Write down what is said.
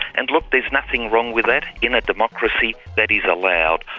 and look there's nothing wrong with that, in a democracy that is allowed.